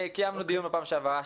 קיימנו דיון בפעם שעברה,